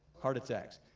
heart attacks.